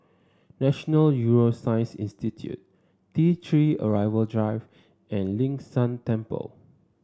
National Neuroscience Institute T Three Arrival Drive and Ling San Temple